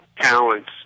talents